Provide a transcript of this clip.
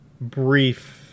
brief